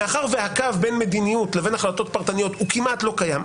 מאחר והקו בין מדיניות לבין החלטות פרטניות כמעט לא קיים,